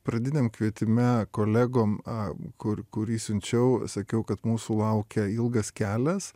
pradiniam kvietime kolegom a kur kurį siunčiau sakiau kad mūsų laukia ilgas kelias